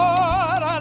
Lord